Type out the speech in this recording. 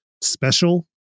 special